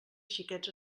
xiquets